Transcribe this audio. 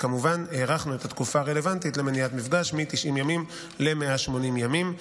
וכמובן שהארכנו את התקופה הרלוונטית למניעת מפגש מ-90 ימים ל-180 ימים.